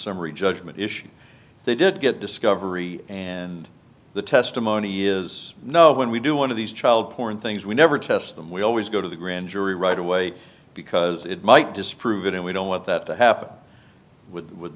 summary judgment issue they did get discovery and the testimony is no when we do one of these child porn things we never test them we always go to the grand jury right away because it might disprove it and we don't want that to happen with